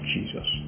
Jesus